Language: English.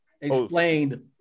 explained